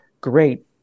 great